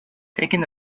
taking